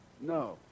No